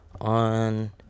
on